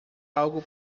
algo